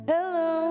Hello